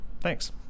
Thanks